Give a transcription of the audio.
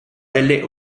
delle